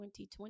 2020